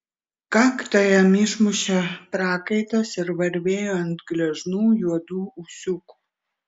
kaktą jam išmušė prakaitas ir varvėjo ant gležnų juodų ūsiukų